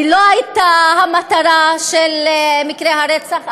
היא לא הייתה המטרה של מקרה הרצח,